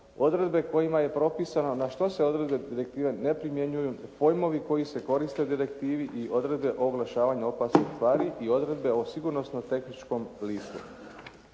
odredbe kojima je propisano na što se odredbe direktive ne primjenjuju, pojmovi koji se korite u direktivi i odredbi o oglašavanju opasnih tvari i odredbe o sigurnosno-tehničkom listu.